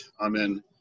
Amen